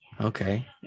Okay